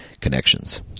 Connections